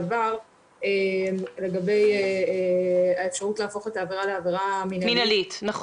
בעבר לגבי האפשרות להפוך את העבירה לעבירה מינהלית.